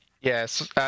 Yes